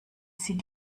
sie